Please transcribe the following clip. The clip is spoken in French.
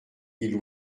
ils